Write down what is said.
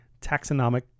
taxonomic